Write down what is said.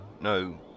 no